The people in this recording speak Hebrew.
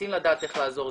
רוצים לדעת איך לעזור,